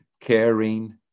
caring